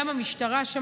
גם המשטרה שם,